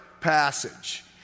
passage